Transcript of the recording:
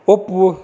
ಒಪ್ಪು